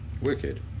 wicked